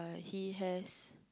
he has